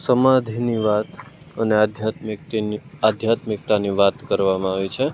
સમાધિની વાત અને આધ્યાત્મિક આધ્યાત્મિકતાની વાત કરવામાં આવી છે